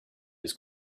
his